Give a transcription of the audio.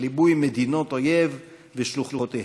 בליבוי מדינות אויב ושלוחותיהן.